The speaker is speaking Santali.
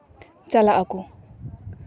ᱪᱟᱞᱟᱜ ᱟᱠᱚ